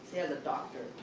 say as a doctor,